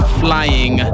flying